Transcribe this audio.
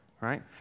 right